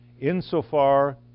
Insofar